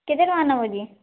କେତେ ଟଙ୍କା ନବ ଯେଁ